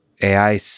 AI